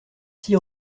six